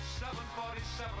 747